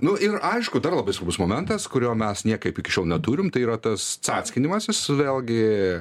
nu ir aišku dar labai svarbus momentas kurio mes niekaip iki šiol neturim tai yra tas cackinimasis vėlgi